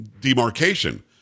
demarcation